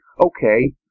Okay